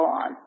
on